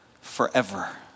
forever